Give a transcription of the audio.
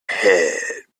head